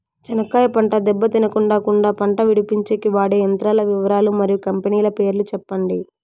చెనక్కాయ పంట దెబ్బ తినకుండా కుండా పంట విడిపించేకి వాడే యంత్రాల వివరాలు మరియు కంపెనీల పేర్లు చెప్పండి?